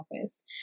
office